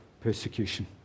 persecution